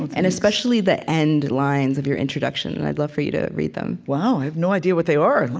and especially, the end lines of your introduction. and i'd love for you to read them wow, i have no idea what they are. and let